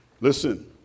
Listen